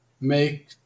make